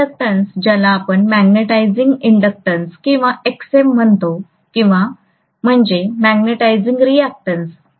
हा इंडक्शनन्स ज्याला आपण मॅग्नेटिझिंग इंडक्टन्स किंवा Xm म्हणतो किंवा म्हणजे मॅग्नेटिझिंग रीएक्टन्स